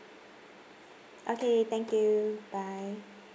okay thank you bye